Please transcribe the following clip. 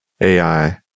AI